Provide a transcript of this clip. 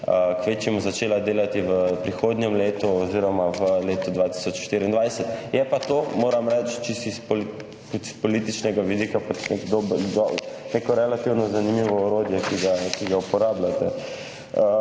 kvečjemu začela delati v prihodnjem letu oziroma v letu 2024. Je pa to, moram reči, čisto iz, tudi s političnega vidika pa nek dober do neko relativno zanimivo orodje, ki ga, ki ga uporabljate.